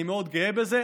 אני מאוד גאה בזה.